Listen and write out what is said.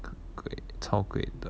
很贵超贵的